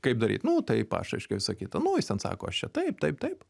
kaip daryt nu taip aš reiškia visa kita nu jis ten sako aš čia taip taip taip